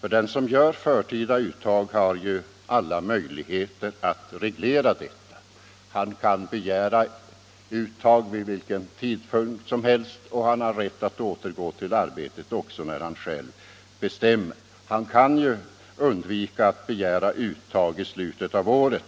för den som gör förtida uttag har alla möjligheter att reglera detta. Han kan begära uttag vid vilken tidpunkt som helst, och han har rätt att återgå till arbetet när han själv bestämmer. Han kan undvika att begära uttag i slutet av året.